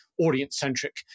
audience-centric